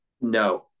No